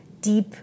deep